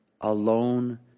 Alone